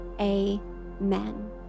amen